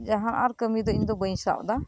ᱡᱟᱦᱟᱸ ᱟᱨ ᱠᱟᱹᱢᱤ ᱫᱚ ᱵᱟᱹᱧ ᱥᱟᱵ ᱮᱫᱟ